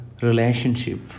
relationship